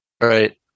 right